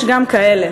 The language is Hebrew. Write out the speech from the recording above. יש גם כאלה,